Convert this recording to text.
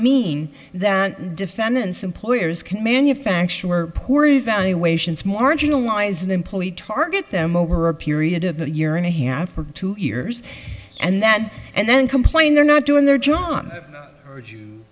mean that defendants employers can manufacturer poor evaluations marginalize an employee target them over a period of a year and a half or two years and that and then complain they're not doing their job for